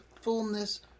fullness